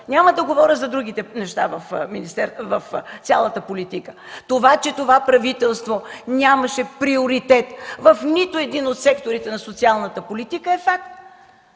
Няма да говоря за другите неща в цялата политика. Това, че правителството нямаше приоритет в нито един от секторите на социалната политика, е факт.